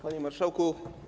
Panie Marszałku!